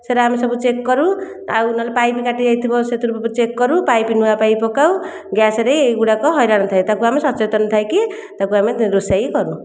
ସେରା ଆମେ ସବୁ ଚେକ୍ କରୁ ଆଉ ମାନେ ଯଦି ପାଇପ୍ ଫାଟି ଯାଇଥିବ ସେଥିରୁ ଚେକ୍ କରୁ ସେଥିରୁ ନୂଆ ପାଇପ୍ ପକାଉ ଗ୍ୟାସରେ ଏଗୁଡ଼ାକ ହଇରାଣ ଥାଏ ତାକୁ ଆମେ ସଚେତନ ଥାଇକି ତାକୁ ଆମେ ରୋଷେଇ କରୁ